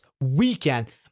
weekend